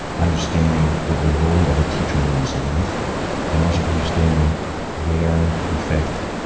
understanding the the role of a teacher in one's life and also understanding where, in fact,